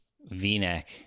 v-neck